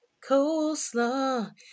coleslaw